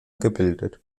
gebildet